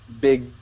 big